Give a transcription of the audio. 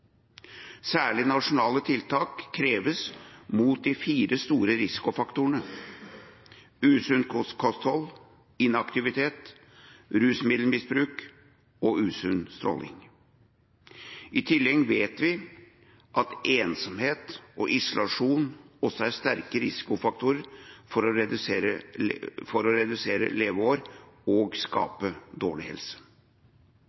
nasjonale tiltak kreves mot de fire store risikofaktorene: usunt kosthold, inaktivitet, rusmiddelmisbruk og usunn stråling. I tillegg vet vi at ensomhet og isolasjon også er sterke risikofaktorer for reduserte leveår og dårlig helse. Riksrevisjonen har i sin gode rapport anbefalt å